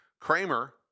Kramer